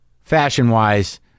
fashion-wise